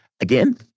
Again